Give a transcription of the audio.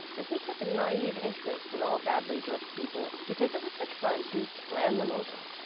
and who took a naive interest in all badly dressed people because it was such fun to plan them over.